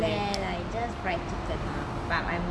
like just fried chicken ah but I'm